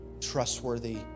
trustworthy